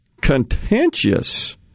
contentious